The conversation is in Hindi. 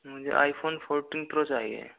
मुझे आईफ़ोन फ़ोटीन प्रो चाहिए